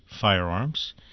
firearms